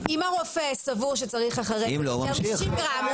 אם הרופא סבור שצריך אחרי זה יותר מ-60 גרם,